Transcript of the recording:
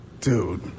Dude